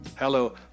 Hello